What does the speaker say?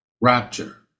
rapture